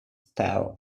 tail